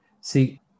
See